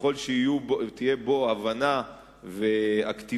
ככל שיהיו בו הבנה ואקטיביזם,